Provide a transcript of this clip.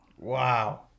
wow